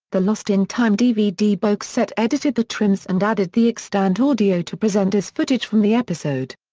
the lost in time dvd boxset edited the trims and added the extant audio to present as footage from the episode.